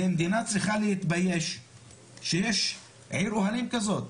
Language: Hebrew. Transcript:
זה מדינה צריכה להתבייש שיש עיר אוהלים כזאת.